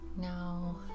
Now